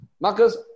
Marcus